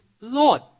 Lord